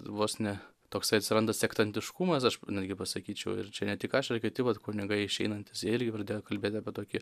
vos ne toksai atsiranda sektantiškumas aš netgi pasakyčiau ir čia ne tik aš ir kiti vat kunigai išeinantys irgi pradėjo kalbėt apie tokį